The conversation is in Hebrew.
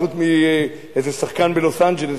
חוץ מאיזה שחקן בלוס-אנג'לס,